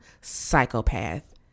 psychopath